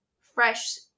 fresh